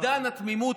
עידן התמימות,